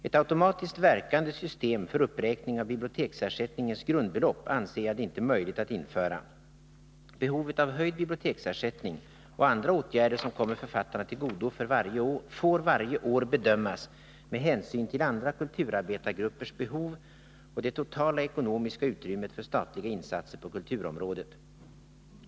Ett automatiskt verkande system för uppräkning av biblioteksersättningens grundbelopp anser jag det inte möjligt att införa. Behovet av höjd biblioteksersättning och andra åtgärder som kommer författarna till godo får varje år bedömas med hänsyn till andra kulturarbetargruppers behov och det totala ekonomiska utrymmet för statliga insatser på kulturområdet.